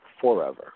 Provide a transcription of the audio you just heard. forever